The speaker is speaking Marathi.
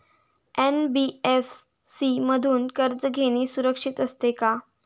एन.बी.एफ.सी मधून कर्ज घेणे सुरक्षित असते का?